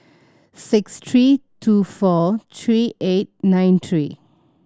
six three two four three eight nine three